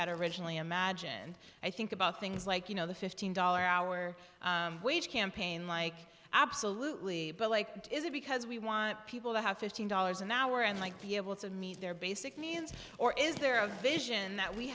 had originally imagined i think about things like you know the fifteen dollar hour wage campaign like absolutely but like is it because we want people to have fifteen dollars an hour and like be able to meet their basic means or is there a vision that we